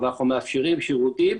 אבל אנחנו מאפשרים שירותים.